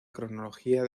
cronología